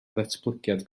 ddatblygiad